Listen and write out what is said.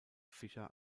fischer